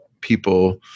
people